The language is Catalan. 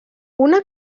una